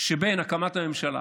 שבין הקמת הממשלה